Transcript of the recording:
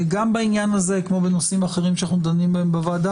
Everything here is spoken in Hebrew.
גם בעניין הזה כמו בנושאים אחרים שאנחנו דנים בהם בוועדה